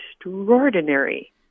extraordinary